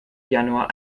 januar